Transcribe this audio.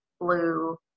Blue